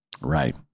Right